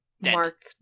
mark